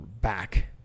back